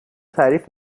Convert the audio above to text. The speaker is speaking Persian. تعریف